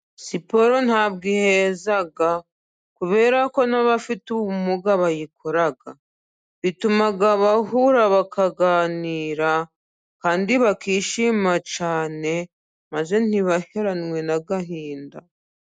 Siporo ntabwo iheza kubera ko n'abafite ubumuga bayikora. Bituma bahura bakaganira kandi bakishima cyane , maze ntibaheranwe n'agahinda.